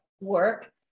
work